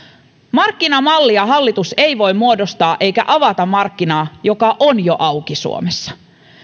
markkinamallia hallitus ei voi muodostaa eikä avata markkinaa joka on jo auki suomessa